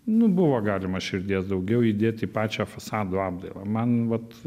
nu buvo galima širdies daugiau įdėt į pačią fasadų apdailą man vat